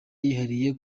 yihariye